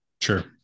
Sure